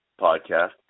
podcast